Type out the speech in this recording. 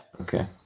Okay